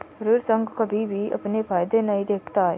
ऋण संघ कभी भी अपने फायदे नहीं देखता है